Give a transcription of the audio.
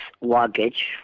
luggage